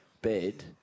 Bed